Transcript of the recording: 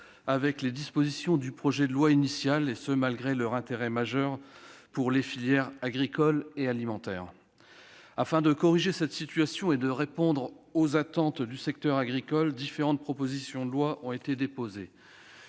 avec les dispositions du projet de loi initial, et ce malgré leur intérêt majeur pour les filières agricoles et alimentaires. Afin de corriger cette situation et de répondre aux attentes du secteur agricole, différentes propositions de loi ont été déposées.